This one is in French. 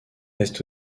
est